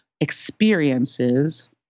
Experiences